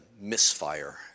misfire